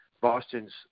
boston's